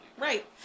Right